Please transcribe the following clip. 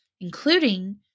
including